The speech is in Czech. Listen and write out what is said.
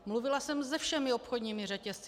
Mluvila jsem se všemi obchodními řetězci.